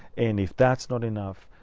and if that's not enough,